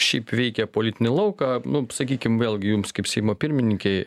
šiaip veikia politinį lauką nu sakykim vėlgi jums kaip seimo pirmininkei